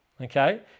okay